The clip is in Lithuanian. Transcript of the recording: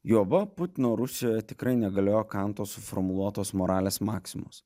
juoba putino rusijoje tikrai negaliojo kanto suformuluotos moralės maksimos